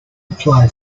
apply